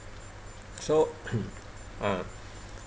so ah